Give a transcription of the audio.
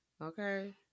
Okay